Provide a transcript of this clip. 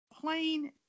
plain